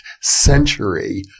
century